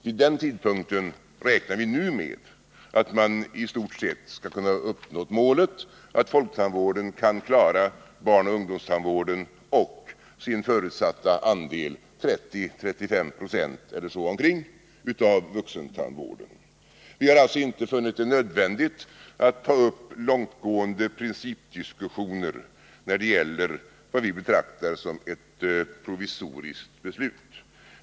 Vi den tidpunkten räknar vi nu med att mani stort sett skall kunna ha uppnått målet att folktandvården kan klara barnoch ungdomstandvården och sin förutsatta andel, 30-35 4 eller däromkring, av vuxentandvården. : Vi har alltså inte funnit det nödvändigt att ta upp långtgående principdiskussioner när det gäller vad vi betraktar som ett provisoriskt beslut.